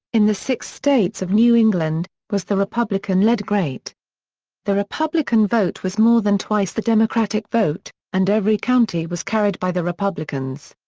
in the six states of new england, was the republican lead great the republican vote was more than twice the democratic vote, and every county was carried by the republicans.